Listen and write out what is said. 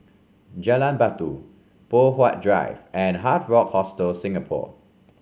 Jalan Batu Poh Huat Drive and Hard Rock Hostel Singapore